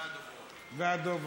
אחרונת הדוברים והדוברות.